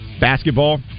basketball